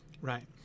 right